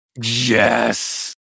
Yes